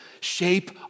shape